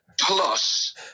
plus